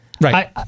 Right